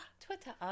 Twitter